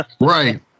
Right